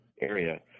area